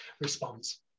response